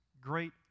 great